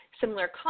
similar